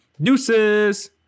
Deuces